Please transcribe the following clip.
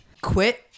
Quit